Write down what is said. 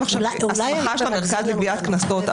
עכשיו להסכמה של המרכז לגביית קנסות.